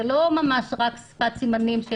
זה לא ממש רק שפת סימנים,